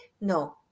No